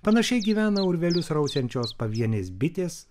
panašiai gyvena urvelius rausiančios pavienės bitės